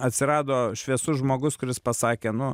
atsirado šviesus žmogus kuris pasakė nu